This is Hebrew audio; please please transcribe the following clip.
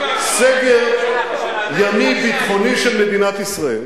סגר ימי ביטחוני של מדינת ישראל,